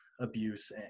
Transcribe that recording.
abuse